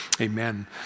amen